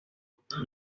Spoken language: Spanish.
ahorcado